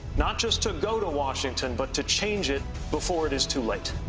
not just to go to washington but to change it before it is too late.